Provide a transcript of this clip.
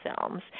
films